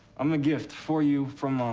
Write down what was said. i'm a gift for you, from